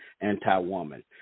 anti-woman